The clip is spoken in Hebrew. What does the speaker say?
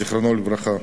זיכרונו לברכה.